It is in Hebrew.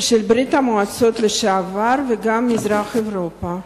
של ברית-המועצות לשעבר, וגם מזרח-אירופה.